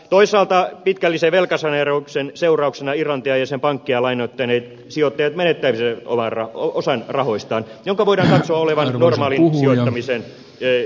toisaalta pitkällisen velkasaneerauksen seurauksena irlantia ja sen pankkeja lainoittaneet sijoittajat menettäisivät osan rahoistaan jonka voidaan katsoa olevan normaalin sijoittamisen toteutuva riski